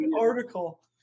article